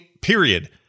period